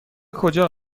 کجا